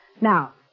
Now